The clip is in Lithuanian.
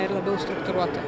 ir labiau struktūruoto